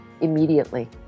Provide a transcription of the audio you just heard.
immediately